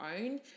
own